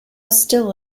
still